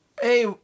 hey